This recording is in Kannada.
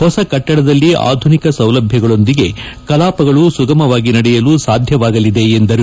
ಹೊಸ ಕಟ್ಷಡದಲ್ಲಿ ಆಧುನಿಕ ಸೌಲಭ್ಯಗಳೊಂದಿಗೆ ಕಲಾಪಗಳು ಸುಗಮವಾಗಿ ನಡೆಯಲು ಸಾಧ್ಯವಾಗಲಿದೆ ಎಂದರು